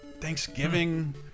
Thanksgiving